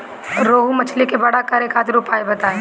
रोहु मछली के बड़ा करे खातिर उपाय बताईं?